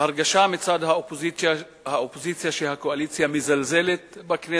ההרגשה מצד האופוזיציה שהקואליציה מזלזלת בכנסת.